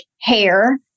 hair